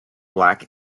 black